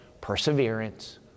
perseverance